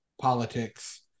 politics